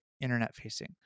internet-facing